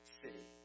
city